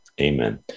Amen